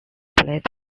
played